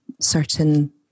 certain